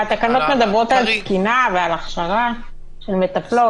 התקנות מדברות על תקינה ועל הכשרה של מטפלות.